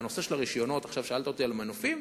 שאלת אותי על מנופים?